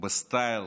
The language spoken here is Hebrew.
בסטייל